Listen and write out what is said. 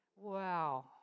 Wow